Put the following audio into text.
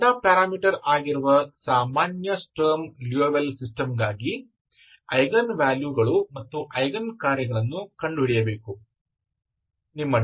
λ parameter ಆಗಿರುವ ಸಾಮಾನ್ಯ Sturm Liouville ಸಿಸ್ಟಮ್ಗಾಗಿ ಐಗನ್ ವ್ಯಾಲ್ಯೂಸ್ ಮತ್ತು ಐಗನ್ ಕಾರ್ಯಗಳನ್ನು ಕಂಡುಹಿಡಿಯಬೇಕು